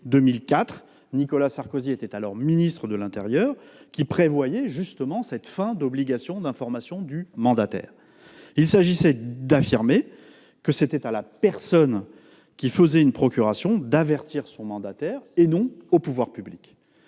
2004- Nicolas Sarkozy était alors ministre de l'intérieur -, qui prévoyait la fin de l'obligation d'information du mandataire. Son objet était d'affirmer qu'il revenait à la personne qui établissait une procuration d'en avertir son mandataire, et non aux pouvoirs publics.